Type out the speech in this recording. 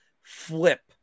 flip